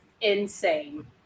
insane